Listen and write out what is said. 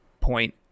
point